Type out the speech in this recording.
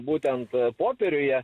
būtent popieriuje